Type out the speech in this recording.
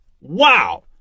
Wow